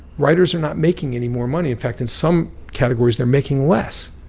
writers are not making any more money. in fact, in some categories, they're making less.